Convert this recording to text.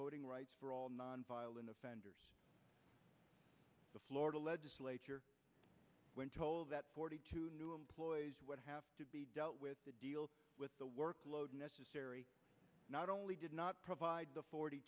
voting rights for all nonviolent offenders the florida legislature when told that forty two new employees would have to be dealt with to deal with the workload necessary not only did not provide the forty